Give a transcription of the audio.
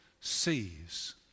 sees